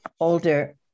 older